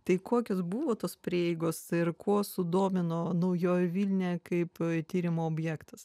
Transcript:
tai kokios buvo tos prieigos ir kuo sudomino naujoji vilnia kaip tyrimo objektas